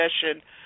discussion